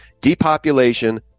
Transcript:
depopulation